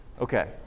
Okay